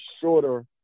shorter